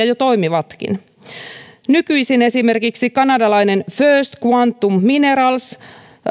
jo toimivatkin nykyisin esimerkiksi kanadalainen first quantum minerals